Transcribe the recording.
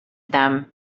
them